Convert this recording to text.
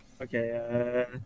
Okay